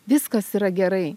viskas yra gerai